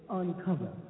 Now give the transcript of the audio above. uncover